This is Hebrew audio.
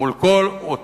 מול כל אותם